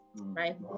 right